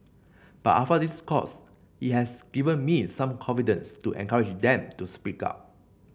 but after this course it has given me some confidence to encourage them to speak up